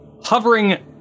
hovering